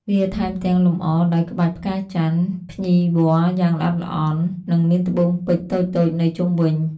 វាថែមទាំងលម្អដោយក្បាច់ផ្កាចន្ទន៍ ភ្ញីវល្លិ យ៉ាងល្អិតល្អន់ និងមានត្បូងពេជ្រតូចៗនៅជុំវិញ។